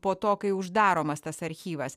po to kai uždaromas tas archyvas